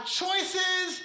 choices